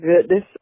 goodness